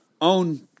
own